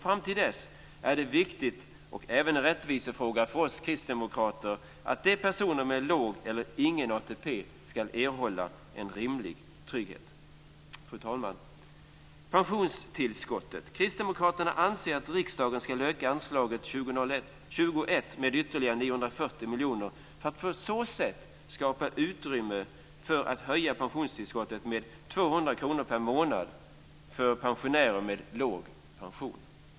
Fram till dess är det viktigt och även en rättvisefråga för oss kristdemokrater att de personer som har låg eller ingen ATP ska erhålla en rimlig trygghet. Fru talman! Jag vill ta upp frågan om pensionstillskottet. Kristdemokraterna anser att riksdagen ska öka anslaget 20:1 med ytterligare 940 miljoner för att på så sätt skapa utrymme för att höja pensionstillskottet med 200 kr per månad för pensionärer med låg pension.